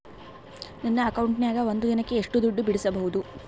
ನನ್ನ ಅಕೌಂಟಿನ್ಯಾಗ ಒಂದು ದಿನಕ್ಕ ಎಷ್ಟು ದುಡ್ಡು ಬಿಡಿಸಬಹುದು?